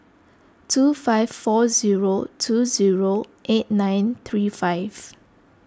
two five four zero two zero eight nine three five